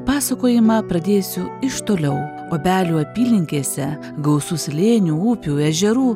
pasakojimą pradėsiu iš toliau obelių apylinkėse gausu slėnių upių ežerų